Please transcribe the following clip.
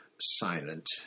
silent